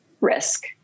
Risk